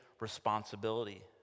responsibility